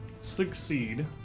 succeed